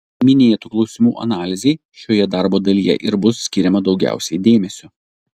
minėtų klausimų analizei šioje darbo dalyje ir bus skiriama daugiausiai dėmesio